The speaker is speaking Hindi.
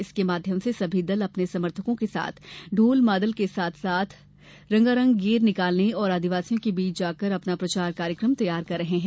इसके माध्यम से सभी दल अपने समर्थकों के साथ ढोल मादल के साथ साथ रंगारंग गेर निकालने और आदिवासियों के बीच जाकर अपना प्रचार कार्यक्रम तैयार कर रहे हैं